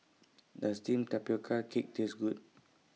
Does Steamed Tapioca Cake Taste Good